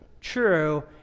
true